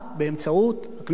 באמצעות הכנסת,